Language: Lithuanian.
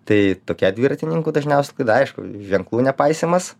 tai tokia dviratininkų ta žiniasklaida aišku ženklų nepaisymas